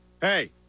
Hey